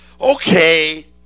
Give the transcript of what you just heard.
Okay